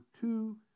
two